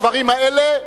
הדברים האלה,